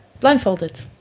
blindfolded